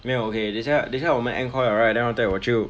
没有 okay 等下等下我们 end call liao right then after that 我就